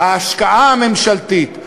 ההשקעה הממשלתית,